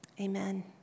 Amen